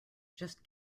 just